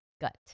gut